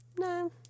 No